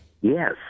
Yes